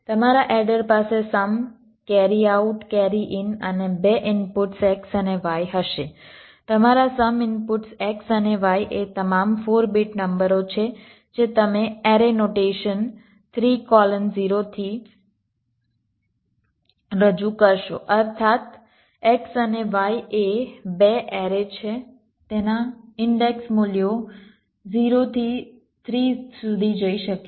તમારા એડર પાસે sum carry out carry in અને 2 ઇનપુટ્સ X અને Y હશે તમારા સમ ઇનપુટ્સ X અને Y એ તમામ 4 બીટ નંબરો છે જે તમે એરે નોટેશન 3 કોલન 0 થી સજૂ કરશો અર્થાત્ X અને Y એ 2 એરે છે જેના ઇન્ડેક્ષ મૂલ્યો 0 થી 3 સુધી જઈ શકે છે